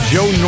Joe